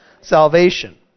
Salvation